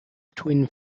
twin